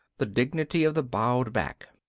the dignity of the bowed back.